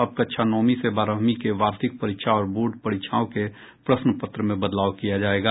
अब कक्षा नौवीं से बारहवीं के वार्षिक और बोर्ड परीक्षाओं के प्रश्न पत्र में बदलाव किया जायेगा